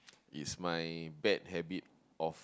is my bad habit of